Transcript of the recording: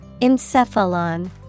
Encephalon